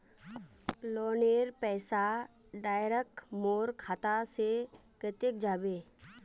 लोनेर पैसा डायरक मोर खाता से कते जाबे?